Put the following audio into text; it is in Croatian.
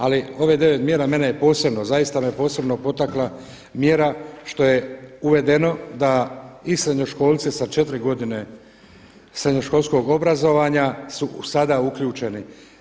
Ali ovih 9 mjera mene je posebno, zaista me je posebno potakla mjera što je uvedeno da i srednjoškolce sa četiri godine srednjoškolskog obrazovanja su sada uključeni.